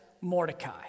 Mordecai